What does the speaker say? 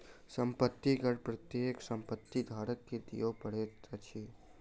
संपत्ति कर प्रत्येक संपत्ति धारक के दिअ पड़ैत अछि